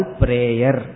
prayer